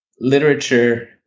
literature